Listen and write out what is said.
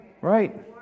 Right